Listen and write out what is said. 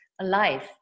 alive